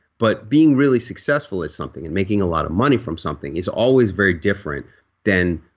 but being really successful at something and making a lot of money from something is always very different than